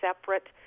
separate